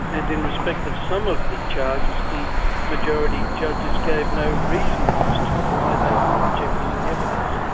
and in respect of some of the charges the majority judges gave no reasoning as to why they were rejecting the evidence.